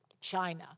China